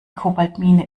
kobaltmine